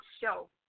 show